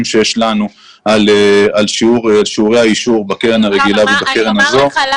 שיש לנו על שיעורי האישור בקרן הרגילה ובקרן הזאת.